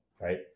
Right